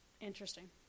Interesting